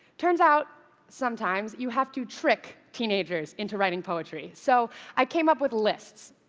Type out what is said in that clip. turns out sometimes, you have to trick teenagers into writing poetry. so i came up with lists.